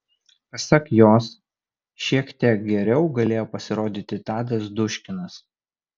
pasak jos šiek tek geriau galėjo pasirodyti tadas duškinas